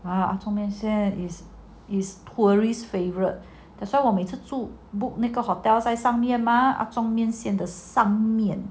阿宗面线 is tourists favourite that's why want I 每次 book hotels like book 上面 mah 阿宗面线的上面